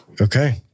Okay